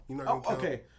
Okay